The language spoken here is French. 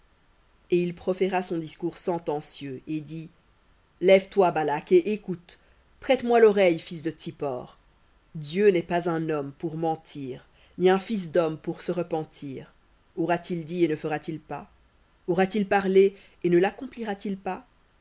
et il proféra son discours sentencieux et dit lève-toi balak et écoute prête-moi l'oreille fils de tsippor dieu n'est pas un homme pour mentir ni un fils d'homme pour se repentir aura-t-il dit et ne fera-t-il pas aura-t-il parlé et ne laccomplira t il pas